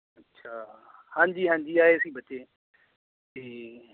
ਅੱਛਾ ਹਾਂਜੀ ਹਾਂਜੀ ਆਏ ਸੀ ਬੱਚੇ ਅਤੇ